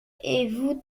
est